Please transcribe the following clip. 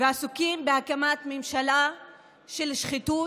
ועסוקים בהקמת ממשלה של שחיתות,